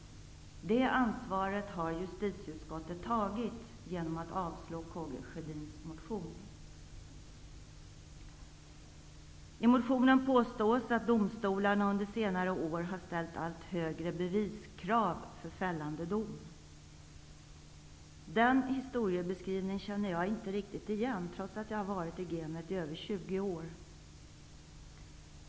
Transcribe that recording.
Det ansvaret har justitieutskottet tagit genom att avstyrka Karl I motionen påstås att domstolarna under senare år har ställt allt högre beviskrav för fällande dom. Den historieskrivningen känner jag inte riktigt igen, trots att jag har varit i gamet i över 20 år.